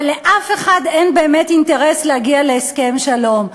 אבל לאף אחד אין באמת אינטרס להגיע להסכם שלום.